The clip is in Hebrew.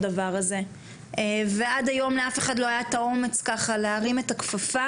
אבל עד היום לאף אחד לא היה אומץ להרים את הכפפה